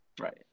Right